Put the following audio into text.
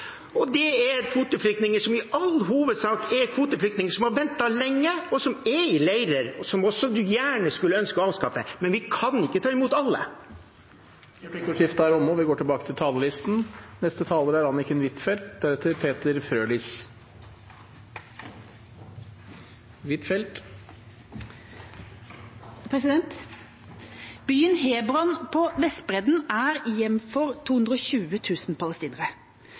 ut 3 000 kvoteflyktninger i 2019. Det er kvoteflyktninger som i all hovedsak er kvoteflyktninger som har ventet lenge, og som er i leirer som man gjerne skulle ønske å avskaffe, men vi kan ikke ta imot alle. Replikkordskiftet er omme. Byen Hebron på Vestbredden er hjem for 220 000 palestinere.